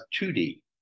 2D